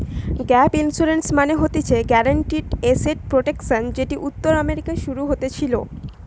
gap insurance মানে হতিছে guaranteed asset protection যেটি উত্তর আমেরিকায় শুরু হতেছিলো